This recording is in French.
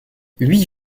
huit